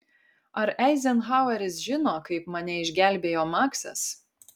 ar eizenhaueris žino kaip mane išgelbėjo maksas